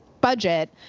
budget